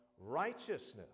righteousness